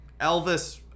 elvis